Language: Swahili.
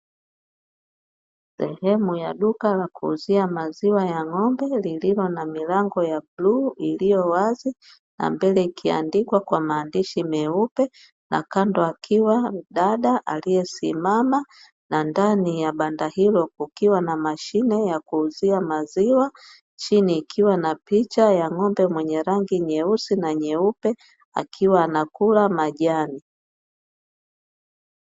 Sehemu ya duka la kuuzia maziwa ya ng'ombe lililo na milango ya bluu iliyowazi, mbele ikiandikwa kwa maandishi meupe; na kando akiwa mdada aliyesimama, na ndani ya banda hilo kukiwa na mashine ya kuuzia maziwa; chini ikiwa na picha ya ng'ombe mwenye rangi nyeusi na nyeupe akiwa anakula majani.